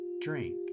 drink